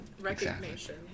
Recognition